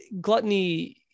gluttony